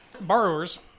Borrowers